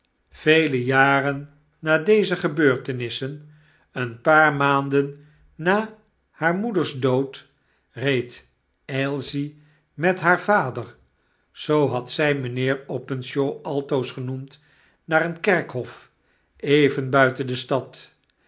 vele jaren na deze gebeurtenissen een paar maanden na haar moeders dood reed ailsie met haar vader zoo had zy mynheer openshaw altoos genoemd naar een kerkhof even buiten de stad